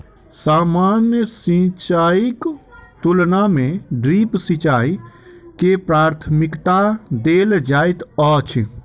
सामान्य सिंचाईक तुलना मे ड्रिप सिंचाई के प्राथमिकता देल जाइत अछि